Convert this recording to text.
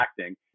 acting